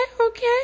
okay